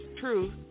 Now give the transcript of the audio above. true